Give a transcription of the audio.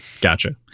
gotcha